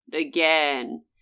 again